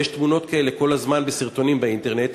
ויש תמונות כאלה כל הזמן בסרטונים באינטרנט,